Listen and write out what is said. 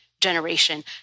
generation